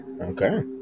okay